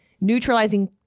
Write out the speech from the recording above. neutralizing